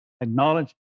acknowledge